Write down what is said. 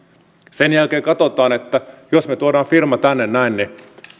sen jälkeen katsotaan että jos me tuomme firman tänne näin niin